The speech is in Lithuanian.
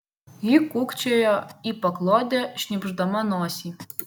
ji kūkčiojo į paklodę šnypšdama nosį